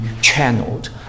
channeled